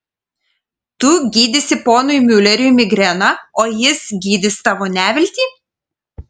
tu gydysi ponui miuleriui migreną o jis gydys tavo neviltį